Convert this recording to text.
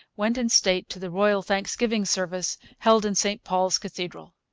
went in state to the royal thanksgiving service held in st paul's cathedral.